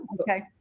Okay